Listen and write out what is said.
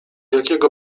jakiego